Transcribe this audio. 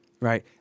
Right